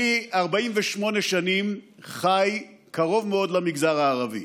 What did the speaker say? אני 48 שנים חי קרוב מאוד למגזר הערבי.